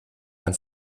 ein